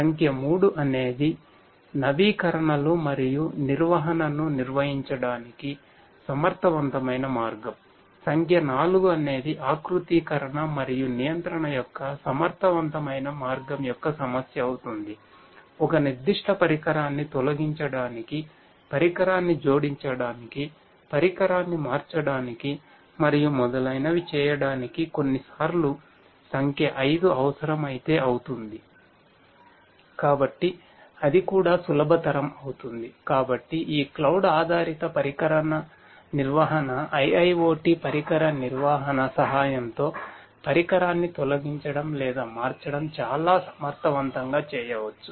సంఖ్య 3 అనేది నవీకరణలు మరియు నిర్వహణను నిర్వహించడానికి సమర్థవంతమైన మార్గం సంఖ్య 4 అనేది ఆకృతీకరణ మరియు నియంత్రణ యొక్క సమర్థవంతమైన మార్గం యొక్క సమస్య అవుతుంది ఒక నిర్దిష్ట పరికరాన్ని తొలగించడానికి పరికరాన్ని జోడించడానికి పరికరాన్ని మార్చడానికి మరియు మొదలైనవి చెయడానికి కొన్నిసార్లు సంఖ్య 5 అవసరమైతే అవుతుంది